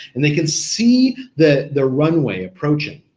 and they can see the the runway approaching.